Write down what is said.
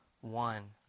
one